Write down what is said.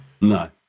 No